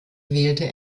wählte